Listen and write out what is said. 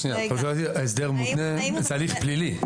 הסדר מותנה זה הליך פלילי.